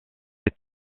ces